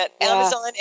Amazon